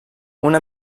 una